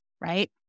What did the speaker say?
right